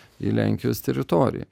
į lenkijos teritoriją